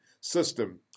system